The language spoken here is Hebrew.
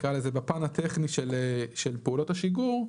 נקרא לזה בפן הטכני של פעולות השיגור,